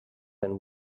and